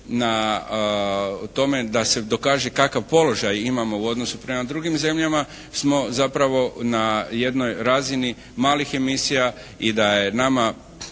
na tome da se dokaže kakav položaj imamo u odnosu prema drugim zemljama smo zapravo na jednoj razini malih emisija i da je nama